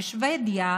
בשבדיה,